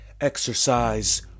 Exercise